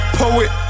poet